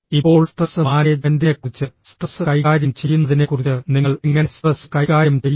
ഇപ്പോൾ സ്ട്രെസ് മാനേജ്മെന്റിനെക്കുറിച്ച് സ്ട്രെസ് കൈകാര്യം ചെയ്യുന്നതിനെക്കുറിച്ച് നിങ്ങൾ എങ്ങനെ സ്ട്രെസ് കൈകാര്യം ചെയ്യുന്നു